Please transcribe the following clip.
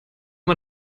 man